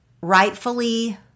rightfully